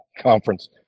conference